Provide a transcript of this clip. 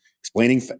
explaining